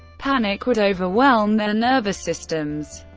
panic would overwhelm their nervous systems.